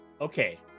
Okay